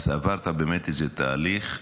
אז עברת באמת איזה תהליך.